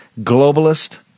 globalist